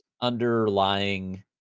underlying